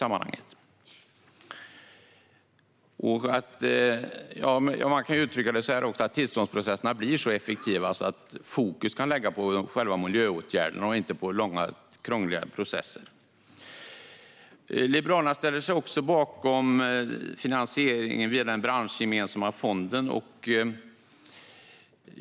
Man kan också uttrycka det så här: Tillståndsprocesserna bör bli så effektiva att fokus kan läggas på själva miljöåtgärderna och inte på långa, krångliga processer. Liberalerna ställer sig bakom finansieringen via den branschgemensamma fonden.